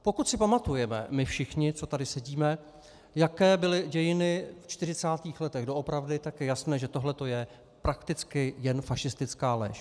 Pokud si pamatujeme my všichni, co tady sedíme, jaké byly dějiny ve 40. letech doopravdy, tak je jasné, že tohleto je prakticky jen fašistická lež.